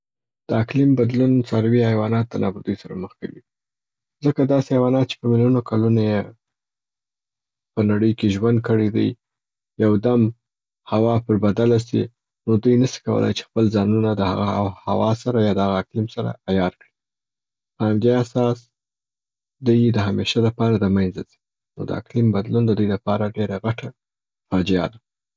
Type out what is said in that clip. د اقلیم بدلون څاروي یا حیوانات د نابودی سره مخ کوي، ځکه داسي حیوانات چې په میلیونونه کلونو یې په نړۍ کې ژوند کړی دی، یو دم هوا پر بدله سي نو دوي نسي کولای چې ځپل ځانونه د هغه هوا سره یا د هغه اقلم سره عیار کړي. په همدې اساس دوي د همیشه لپاره د منځه ځي. نو د اقلیم بدلون د دوي لپاره ډيره غټه فاجعه ده.